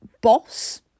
boss